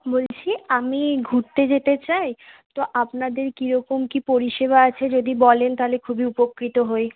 বলছি আমি ঘুরতে যেতে চাই তো আপনাদের কীরকম কী পরিষেবা আছে যদি বলেন তাহলে খুবই উপকৃত হই